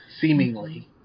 seemingly